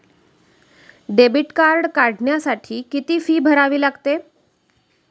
Debit card काढण्यासाठी किती fee भरावी लागते?